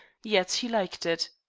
yet he liked it.